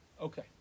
Okay